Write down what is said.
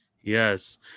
Yes